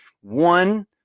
one